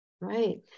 Right